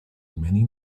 many